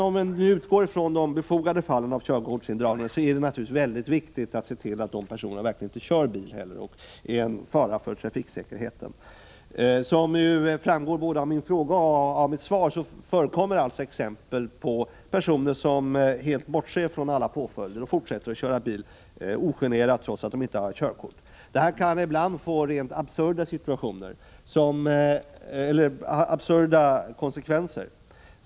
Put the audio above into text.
När det gäller de befogade fallen av körkortsindragning är det naturligtvis mycket viktigt att se till att de personer som fått sitt körkort indraget verkligen inte heller kör bil och är en fara för trafiksäkerheten. Som framgår både av min fråga och av svaret finns det exempel på personer som helt bortser från alla påföljder och ogenerat fortsätter att köra bil, trots att de inte har körkort. Det kan ibland få rent absurda konsekvenser.